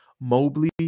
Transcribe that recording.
Mobley